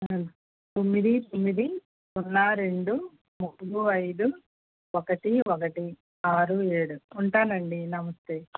తొమ్మిది తొమ్మిది సున్నా రెండు మూడు ఐదు ఒకటి ఒకటి ఆరు ఏడు ఉంటానండి నమస్తే